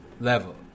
level